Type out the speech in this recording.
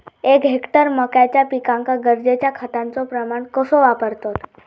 एक हेक्टर मक्याच्या पिकांका गरजेच्या खतांचो प्रमाण कसो वापरतत?